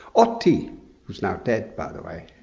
otti who's now dead, by the way,